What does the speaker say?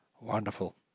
Wonderful